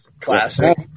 Classic